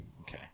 Okay